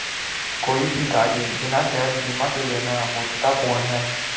कोई भी गाड़ी बिना गैप बीमा के लेना मूर्खतापूर्ण है